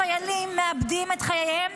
חיילים מאבדים את חייהם,